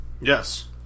Yes